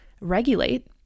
regulate